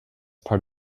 part